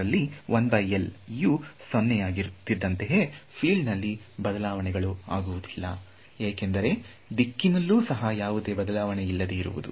ರಲ್ಲಿ ಯು ಸೊನ್ನೆ ಯಾಗುತ್ತಿದ್ದಂತೆ ಫೀಲ್ಡ್ನಲ್ಲಿ ಬದಲಾವಣೆಗಳು ಆಗುವುದಿಲ್ಲ ಏಕೆಂದರೆ ದಿಕ್ಕಿನಲ್ಲೂ ಸಹ ಯಾವುದೇ ಬದಲಾವಣೆ ಇಲ್ಲದೆ ಇರುವುದು